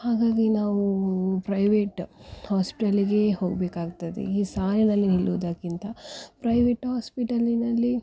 ಹಾಗಾಗಿ ನಾವು ಪ್ರೈವೇಟ್ ಹಾಸ್ಪಿಟಲ್ಲಿಗೆ ಹೋಗಬೇಕಾಗ್ತದೆ ಈ ಸಾಲಿನಲ್ಲಿ ನಿಲ್ಲುವುದಕ್ಕಿಂತ ಪ್ರೈವೇಟ್ ಹಾಸ್ಪಿಟಲಿನಲ್ಲಿ